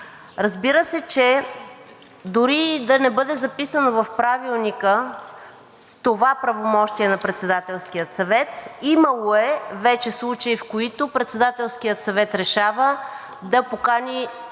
Разбира се, че дори и да не бъде записано в Правилника това правомощие на Председателския съвет, имало е вече случаи, в които Председателският съвет решава да покани всички